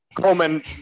Coleman